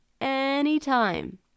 anytime